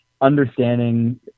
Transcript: understanding